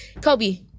kobe